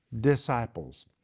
disciples